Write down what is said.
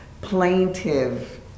plaintive